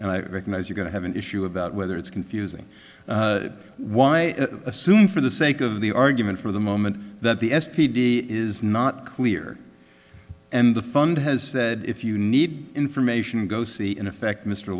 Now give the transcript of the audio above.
and i recognize you going to have an issue about whether it's confusing why assume for the sake of the argument for the moment that the s p d is not clear and the fund has said if you need information go see in effect mr